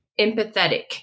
empathetic